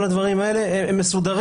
כל הדברים האלה מסודרים.